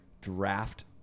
draft